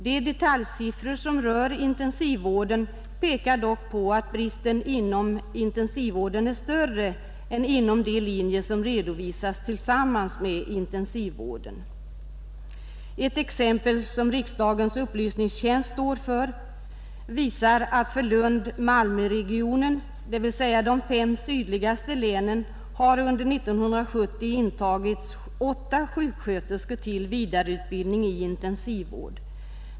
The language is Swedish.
De detaljsiffror, som rör intensivvården, pekar då på att bristen inom intensivvården är större än inom de linjer, som redovisas tillsammans med intensivvården. Ett exempel, som riksdagens upplysningstjänst står för, visar att för Lund -—-Malmö-regionen, dvs. de fem sydligaste länen, har under 1970 intagits åtta sjuksköterskor till vidareutbildning i intensivvård.